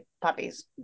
puppies